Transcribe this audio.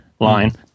line